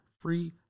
Free